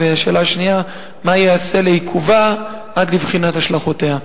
2. מה ייעשה לעיכובה עד לבחינת השלכותיה?